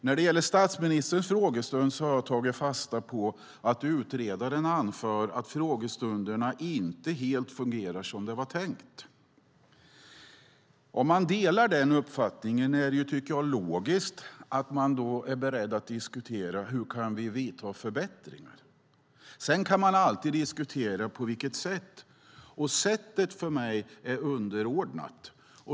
När det gäller statsministerns frågestund har jag tagit fasta på att utredaren anför att frågestunderna inte helt fungerar som det var tänkt. Om man delar den uppfattningen tycker jag att det är logiskt att man är beredd att diskutera hur vi kan vidta förbättringar. Sedan kan man alltid diskutera på vilket sätt. Sättet för mig är underordnat.